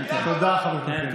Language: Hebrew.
תודה, חבר הכנסת מלכיאלי.